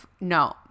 No